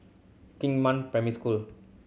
Xingnan Primary School